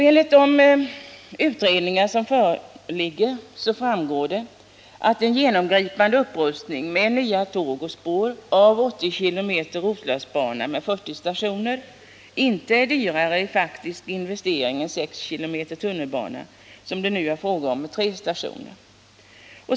Av de utredningar som föreligger framgår att en genomgripande upprustning av Roslagsbanan med nya tåg och 80 km spår med 40 stationer inte är dyrare i faktisk investering än — som det nu är fråga om — 6 km tunnelbana med 3 stationer.